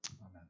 Amen